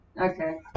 Okay